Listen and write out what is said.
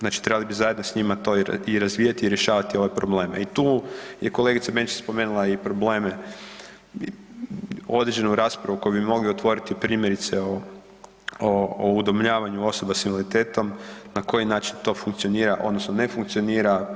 Znači trebali bi zajedno to s njima i razvijati i rješavati ove probleme i tu je kolegica Benčić spomenula i probleme određenu raspravu koju bi mogli otvoriti, primjerice o udomljavanju osoba s invaliditetom na koji način to funkcionira odnosno ne funkcionira.